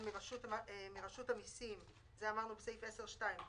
מרשות המיסים את זה אמרנו בסעיף 10(2)